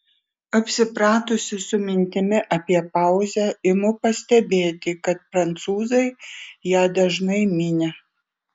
apsipratusi su mintimi apie pauzę imu pastebėti kad prancūzai ją dažnai mini